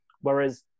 Whereas